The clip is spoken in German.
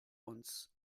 uns